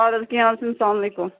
اَدٕ حظ کیٚنٛہہ نَہ حظ چھُنہٕ سلام علیکم